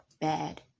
bad